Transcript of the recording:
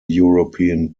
european